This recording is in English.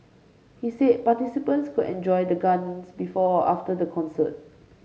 he said participants could enjoy the Gardens before or after the concert